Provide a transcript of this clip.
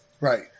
right